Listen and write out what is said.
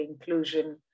inclusion